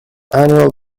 annual